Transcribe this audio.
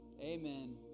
amen